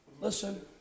Listen